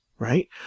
right